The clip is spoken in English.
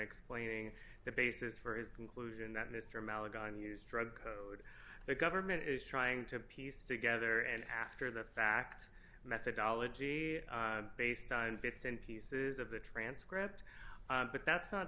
explaining the basis for his conclusion that mr mallock gun use drug code the government is trying to piece together and after the fact methodology based on bits and pieces of the transcript but that's not